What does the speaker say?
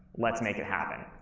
let's make it happen.